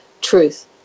truth